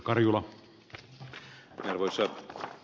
arvoisa puhemies